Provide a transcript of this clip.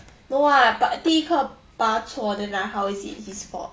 no ah but 第一颗拔错 then ah how is it his fault